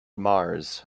mars